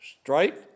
Straight